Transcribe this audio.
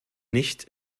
nicht